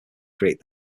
create